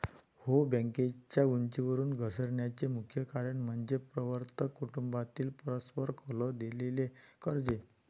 हो, बँकेच्या उंचीवरून घसरण्याचे मुख्य कारण म्हणजे प्रवर्तक कुटुंबातील परस्पर कलह, दिलेली कर्जे